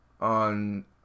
on